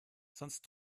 sonst